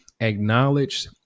acknowledged